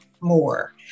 more